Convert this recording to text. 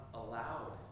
allowed